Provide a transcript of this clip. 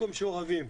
מקום שאוהבים.